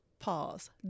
pause